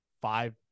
five